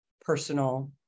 personal